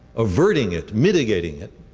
averting it, mitigating it,